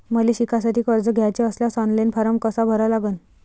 मले शिकासाठी कर्ज घ्याचे असल्यास ऑनलाईन फारम कसा भरा लागन?